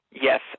yes